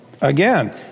Again